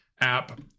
app